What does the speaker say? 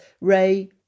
Ray